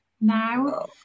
now